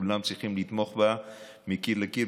וכולם צריכים לתמוך בה מקיר לקיר,